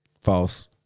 false